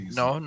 no